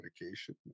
medication